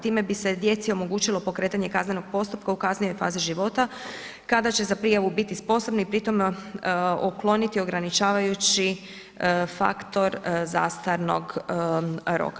Time bi se djeci omogućilo pokretanje kaznenog postupka u kasnijoj fazi života kada će za prijavu biti sposobni i pri tome ukloniti ograničavajući faktor zastarnog roka.